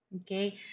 Okay